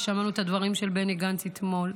ושמענו את הדברים של בני גנץ אתמול.